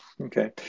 okay